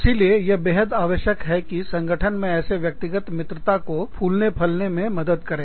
इसीलिए यह बेहद आवश्यक है कि संगठन ऐसे व्यक्तिगत मित्रता को फूलने फलने में मदद करें